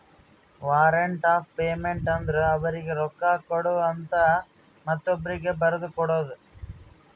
warrant of payment ಅಂದುರ್ ಅವರೀಗಿ ರೊಕ್ಕಾ ಕೊಡು ಅಂತ ಮತ್ತೊಬ್ರೀಗಿ ಬರದು ಕೊಡೋದು